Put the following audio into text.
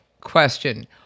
question